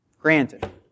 Granted